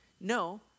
No